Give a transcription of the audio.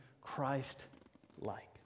Christ-like